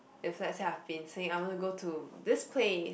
let's say I say I fancy I want to go to this place